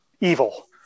evil